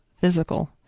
physical